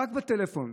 רק בטלפון.